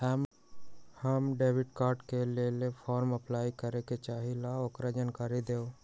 हम debit card के लेल फॉर्म अपलाई करे के चाहीं ल ओकर जानकारी दीउ?